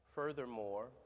Furthermore